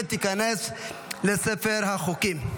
ותיכנס לספר החוקים.